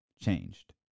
changed